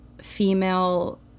female